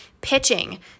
pitching